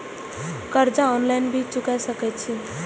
कर्जा ऑनलाइन भी चुका सके छी?